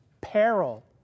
peril